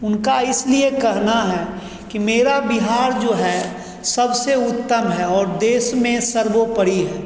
उनका इसलिए कहना है कि मेरा बिहार जो है सबसे उत्तम है और देश में सर्वोपरि है